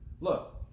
Look